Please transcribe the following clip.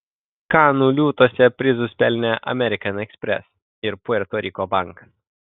kanų liūtuose prizus pelnė amerikan ekspres ir puerto riko bankas